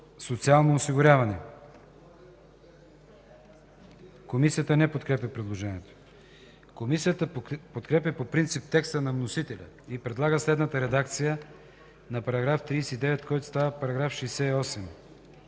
социално осигуряване.” Комисията не подкрепя предложението. Комисията подкрепя по принцип текста на вносителя и предлага следната редакция на § 39, който става § 68: „§ 68.